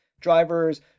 drivers